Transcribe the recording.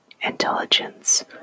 Intelligence